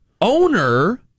owner